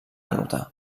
anotar